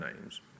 names